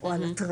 או על הטרדה,